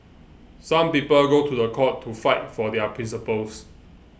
some people go to court to fight for their principles